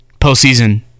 postseason